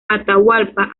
atahualpa